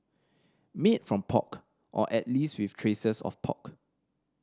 made from pork or at least with traces of pork